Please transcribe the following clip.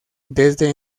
desde